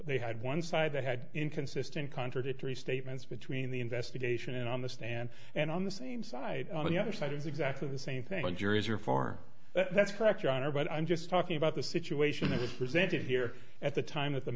they had one side that had inconsistent contradictory statements between the investigation and on the stand and on the same side on the other side is exactly the same thing and juries are far that's correct your honor but i'm just talking about the situation that was presented here at the time